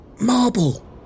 marble